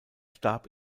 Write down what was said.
starb